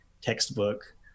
textbook